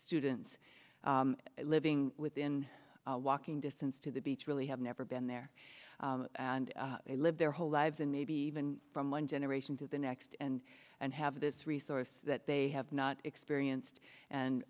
students living within walking distance to the beach really have never been there and they live their whole lives and maybe even from one generation to the next and and have this resource that they have not experienced and